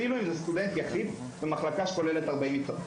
אפילו אם זה סטודנט יחיד במחלקה שכוללת 40 מיטות.